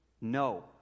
No